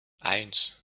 eins